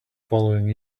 following